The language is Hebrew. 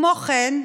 כמו כן,